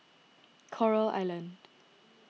Coral Island